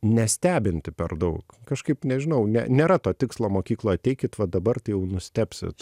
nestebinti per daug kažkaip nežinau ne nėra to tikslo mokykloj ateikit va dabar tai jau nustebsit